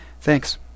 Thanks